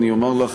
אני אומר לך,